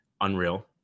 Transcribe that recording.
unreal